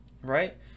right